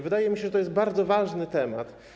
Wydaje mi, że to jest bardzo ważny temat.